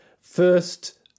first